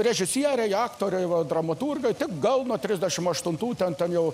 režisieriai aktoriai va dramaturgai gal nuo trisdešimt aštuntų ten ten jau